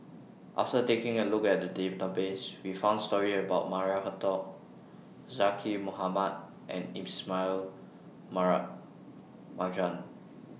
after taking A Look At The Database We found stories about Maria Hertogh Zaqy Mohamad and Ismail Mara Marjan